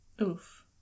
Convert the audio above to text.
oof